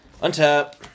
Untap